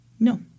No